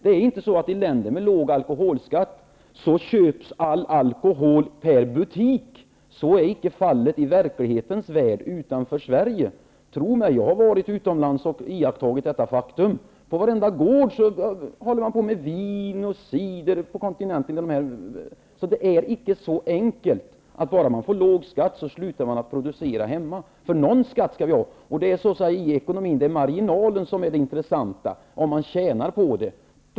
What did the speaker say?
Det är inte så att all alkohol köps per butik i länder med låg alkoholskatt. Så är icke fallet i verklighetens värld utanför Sverige. Tro mig, jag har varit utomlands och iakttagit detta faktum. På nästan varenda gård på kontinenten håller man på med vin och cider. Det är alltså icke så enkelt att man slutar producera alkohol hemma bara skatten på alkohol sänks. Någon skatt skall vi ju ha. Och i ekonomin är det ju marginalen som är det intressanta, om man tjänar på det.